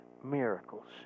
miracles